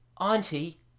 Auntie